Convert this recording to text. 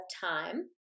time